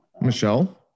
Michelle